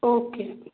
okay